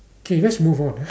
K let's move on ah